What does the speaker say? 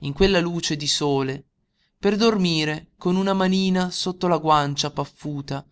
in quella luce di sole per dormire con una manina sotto la guancia paffuta